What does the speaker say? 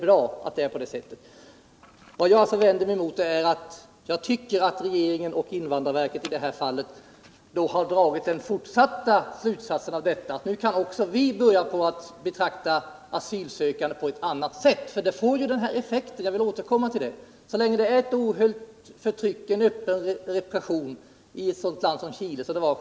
Vad jag vänder mig emot är att enligt min mening regeringen och invandrarverket i det här fallet har dragit ytterligare slutsatser, nämligen att också vi kan börja betrakta asylsökande på ett annat sätt. Effekten blir ju denna, jag vill återkomma till det. Så länge det var ett ohöljt förtryck, en öppen repression, i ett land som Chile, som fallet vart.ex.